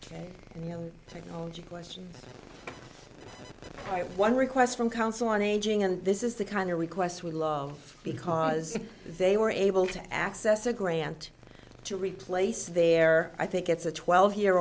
know technology question one request from council on aging and this is the kind of request we love because they were able to access a grant to replace their i think it's a twelve year